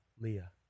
Leah